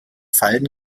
fallen